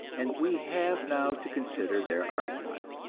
and we have now to consider their arguments.